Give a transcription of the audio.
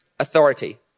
authority